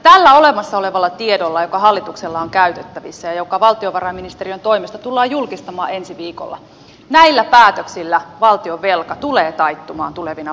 tällä olemassa olevalla tiedolla joka hallituksella on käytettävissä ja joka valtiovarainministeriön toimesta tullaan julkistamaan ensi viikolla näillä päätöksillä valtionvelka tulee taittumaan tulevina vuosina